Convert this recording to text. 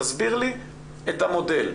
תסביר לי את המודל.